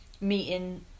meeting